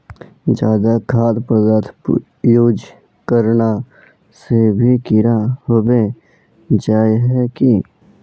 ज्यादा खाद पदार्थ यूज करना से भी कीड़ा होबे जाए है की?